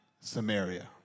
Samaria